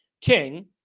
King